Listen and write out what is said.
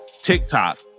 TikTok